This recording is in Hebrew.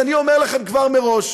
אז אני אומר לכם כבר, מראש: